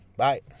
Bye